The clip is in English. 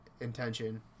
intention